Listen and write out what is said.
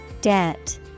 Debt